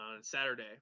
Saturday